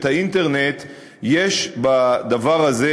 באינטרנט יש בדבר הזה,